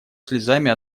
слезами